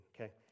Okay